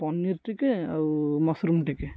ପନିର ଟିକେ ଆଉ ମସରୁମ ଟିକେ